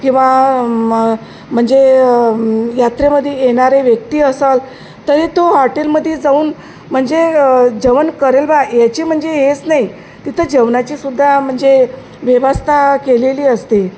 किंवा मग म्हणजे यात्रेमध्ये येणारे व्यक्ती असेल तरी तो हॉटेलमध्ये जाऊन म्हणजे जेवण करेल बा याची म्हणजे हेच नाही तिथं जेवणाचीसुद्धा म्हणजे व्यवस्था केलेली असते